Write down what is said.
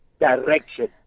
direction